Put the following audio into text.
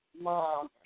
mom